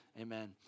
amen